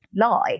lie